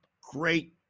great